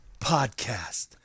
podcast